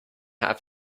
have